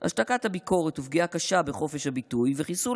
השתקת הביקורת ופגיעה קשה בחופש הביטוי וחיסול